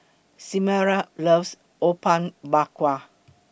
Samira loves Apom Berkuah